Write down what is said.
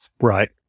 Right